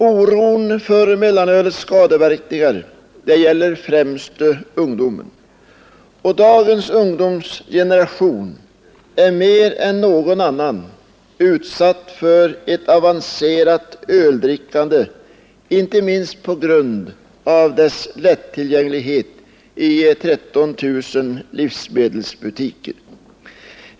Oron för mellanölets skadeverkningar gäller främst ungdomen, och dagens ungdomsgeneration är mer än någon tidigare utsatt för påverkan till ett avancerat öldrickande, inte minst på grund av mellanölets lättillgänglighet i 13 000 livsmedelsbutiker.